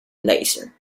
laser